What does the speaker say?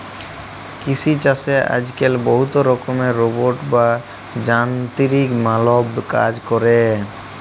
কিসি ছাসে আজক্যালে বহুত রকমের রোবট বা যানতিরিক মালব কাজ ক্যরে